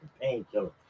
painkiller